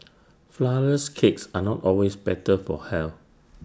Flourless Cakes are not always better for health